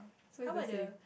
so it's the same